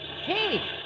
Hey